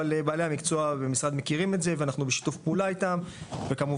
אבל בעלי המקצוע במשרד מכירים את זה ואנחנו בשיתוף פעולה איתם וכמובן,